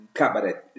cabaret